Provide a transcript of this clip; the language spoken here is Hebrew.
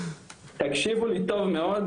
תקשיבו לי טוב מאוד,